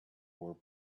were